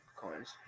coins